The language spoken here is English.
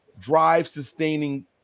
drive-sustaining